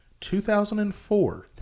2004